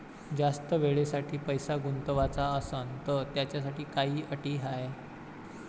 जास्त वेळेसाठी पैसा गुंतवाचा असनं त त्याच्यासाठी काही अटी हाय?